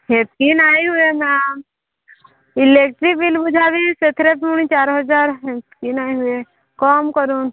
ସେତିକି ନାଇ ହୁଏ ନା ଇଲେକ୍ଟ୍ରି ବିଲ୍ ବୁଝାବେ ସେଥିରେ ପୁଣି ଚାରି ହଜାର ସେମିତି ନାଇ ହୁଏ କମ୍ କରନ୍ତୁ